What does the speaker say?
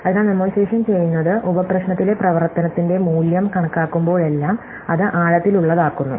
അതിനാൽ മെമ്മൈയിസേഷൻ ചെയ്യുന്നത് ഉപ പ്രശ്നത്തിലെ പ്രവർത്തനത്തിന്റെ മൂല്യം കണക്കാക്കുമ്പോഴെല്ലാം അത് ആഴത്തിലുള്ളതാക്കുന്നു